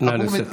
נא לסכם.